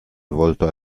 volto